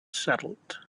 settled